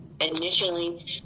initially